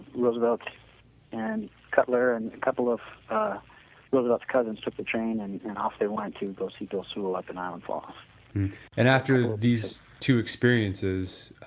roosevelt and cutler and a couple of roosevelt's cousins took the train and and off they went to go to see bill sewall up in island falls and after these two experiences,